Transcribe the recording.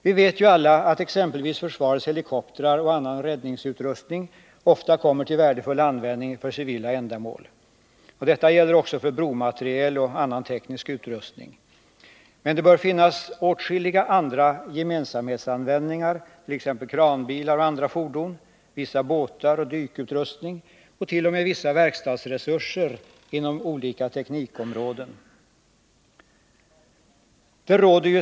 Vi vet ju alla att exempelvis försvarets helikoptrar och annan räddningsutrustning ofta kommer till användning för civila ändamål. Detta gäller också bromateriel och annan teknisk utrustning. Men det bör finnas åtskilliga andra gemensamma användningsområden, t.ex. när det gäller kranbilar och andra fordon, vissa båtar och dykutrustning samt t.o.m. vissa verkstadsresurser inom olika teknikområden.